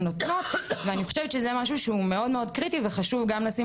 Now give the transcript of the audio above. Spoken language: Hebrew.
נותנות ואני חושבת שזה משהו שהוא מאוד וחשוב גם לשים